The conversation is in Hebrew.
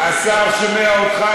השר שומע אותך,